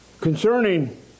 Concerning